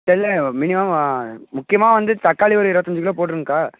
இல்லை மினிமம் முக்கியமாக வந்து தக்காளி ஒரு இருபத்தஞ்சி கிலோ போட்டுருங்கக்கா